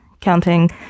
counting